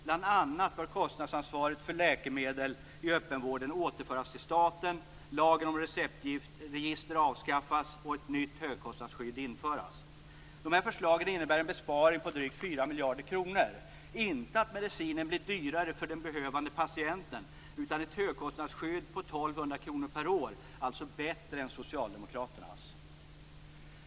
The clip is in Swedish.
Bl.a. bör kostnadsansvaret för läkemedel i öppenvården återföras till staten, lagen om receptregister avskaffas och ett nytt högkostnadsskydd införas. Dessa förslag innebär en besparing på drygt 4 miljarder kronor - inte att medicinen blir dyrare för den behövande patienten. Vi föreslår ett högkostnadsskydd på 1 200 kr per år. Det är alltså bättre än socialdemokraternas.